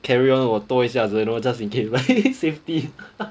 carry on for 多一下子 you know just in case safety